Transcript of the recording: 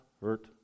hurt